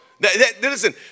Listen